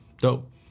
Dope